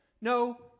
no